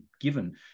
given